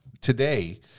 today